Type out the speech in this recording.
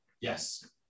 yes